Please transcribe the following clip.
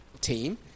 team